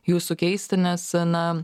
jūsų keisti nes na